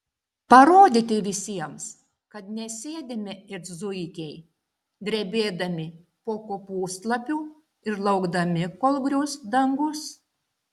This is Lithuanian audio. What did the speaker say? parodyti visiems kad nesėdime it zuikiai drebėdami po kopūstlapiu ir laukdami kol grius dangus